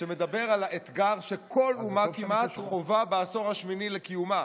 שמדבר על האתגר שכל אומה כמעט חווה בעשור השמיני לקיומה.